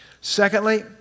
Secondly